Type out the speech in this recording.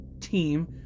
team